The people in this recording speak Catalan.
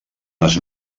les